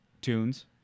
tunes